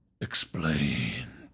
explained